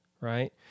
right